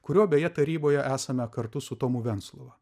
kurio beje taryboje esame kartu su tomu venclova